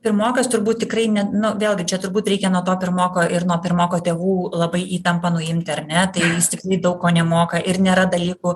pirmokas turbūt tikrai ne nu vėlgi čia turbūt reikia nuo to pirmoko ir nuo pirmoko tėvų labai įtampą nuimti ar ne tai jis tikrai daug ko nemoka ir nėra dalykų